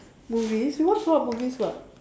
movies you watch a lot of movies [what]